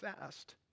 fast